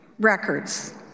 records